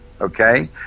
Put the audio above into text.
Okay